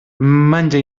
menja